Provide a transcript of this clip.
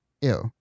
Ew